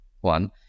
one